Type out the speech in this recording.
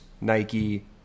Nike